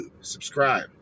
Subscribe